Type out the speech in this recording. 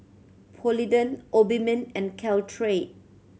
Polident Obimin and Caltrate